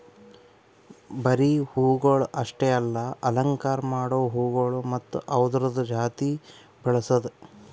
ಬರೀ ಹೂವುಗೊಳ್ ಅಷ್ಟೆ ಅಲ್ಲಾ ಅಲಂಕಾರ ಮಾಡೋ ಹೂಗೊಳ್ ಮತ್ತ ಅವ್ದುರದ್ ಜಾತಿ ಬೆಳಸದ್